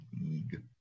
league